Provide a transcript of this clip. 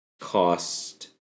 cost